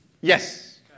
Yes